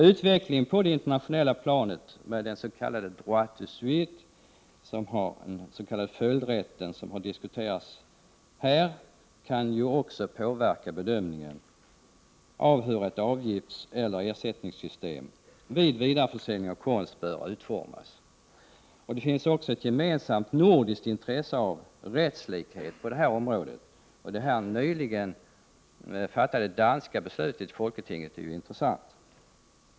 Utvecklingen på det internationella planet med den s.k. droit de suite, följdrätten, som har diskuterats här, kan ju också påverka bedömningen av hur ett avgiftseller ersättningssystem vid vidareförsäljning av konst bör utformas. Det finns också ett gemensamt nordiskt intresse av rättslikhet på detta område. Det nyligen fattade danska beslutet i folketinget är intressant.